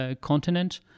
continent